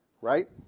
Right